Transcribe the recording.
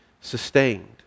sustained